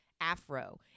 afro